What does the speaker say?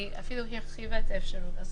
היא אפילו הרחיבה את האפשרות.